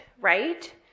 right